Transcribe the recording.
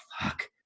fuck